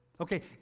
Okay